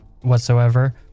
whatsoever